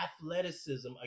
athleticism